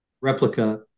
replica